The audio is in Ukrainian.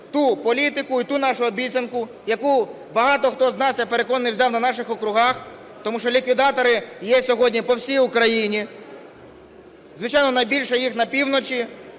ту політику і ту нашу обіцянку, яку багато хто з нас, я переконаний, взяв на наших округах, тому що ліквідатори є сьогодні по всій Україні. Звичайно, найбільше їх на півночі: